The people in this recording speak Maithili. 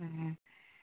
हॅं